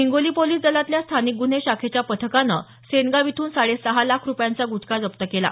Hingoli police दलातल्या स्थानिक गुन्हे शाखेच्या पथकानं सेनगाव इथून साडे सहा लाख रुपयांचा गुटखा जप्त केला